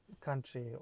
country